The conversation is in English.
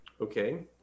Okay